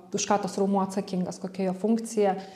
už ką tas raumuo atsakingas kokia jo funkcija